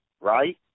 right